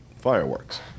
fireworks